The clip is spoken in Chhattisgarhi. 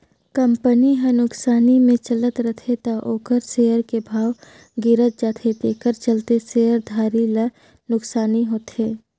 कंपनी हर नुकसानी मे चलत रथे त ओखर सेयर के भाव गिरत जाथे तेखर चलते शेयर धारी ल नुकसानी होथे